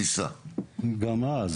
גם אז